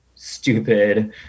stupid